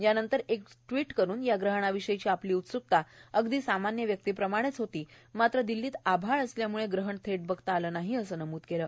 यानंतर एक ट्विट करून या ग्रहणाविषयी आपली उत्स्कता अगदी सामान्य व्यक्तीप्रमाणेच होती मात्र दिल्लीत आभाळ असल्यामुळे ग्रहण थेट बघता आलं नाहीए असं नमुद केलं